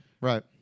Right